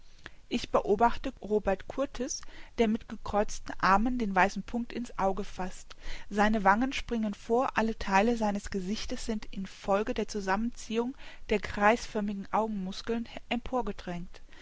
ich beobachte robert kurtis der mit gekreuzten armen den weißen punkt in's auge faßt seine wangen springen vor alle theile seines gesichtes sind in folge der zusammenziehung der kreisförmigen augenmuskeln